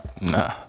Nah